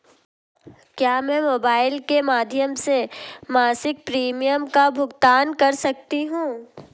क्या मैं मोबाइल के माध्यम से मासिक प्रिमियम का भुगतान कर सकती हूँ?